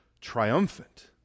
triumphant